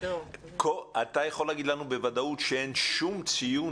אתה יכול להגיד לנו בוודאות שאין שום ציון,